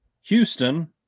Houston